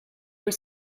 were